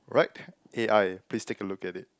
right a_i please take a look at it